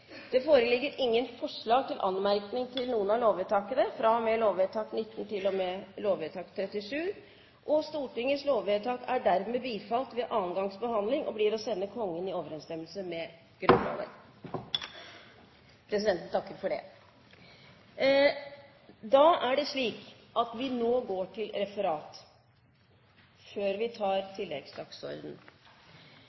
Det foreligger ingen forslag til anmerkning til lovvedtakene fra og med lovvedtak 68 til og med lovvedtak 86. Stortingets lovvedtak er dermed bifalt ved andre gangs behandling og blir å sende Kongen i overensstemmelse med Grunnloven. – Det anses vedtatt. Representanten Heikki Holmås har bedt om ordet til referatsak nr. 418. Vi har merket oss at referatsak nr. 418 er